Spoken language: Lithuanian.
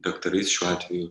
daktarais šiuo atveju